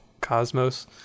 Cosmos